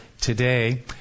today